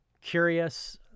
curious